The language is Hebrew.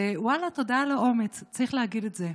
ואללה, תודה על האומץ, צריך להגיד את זה.